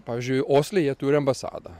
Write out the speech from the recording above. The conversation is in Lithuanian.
pavyzdžiui osle jie turi ambasadą